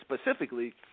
specifically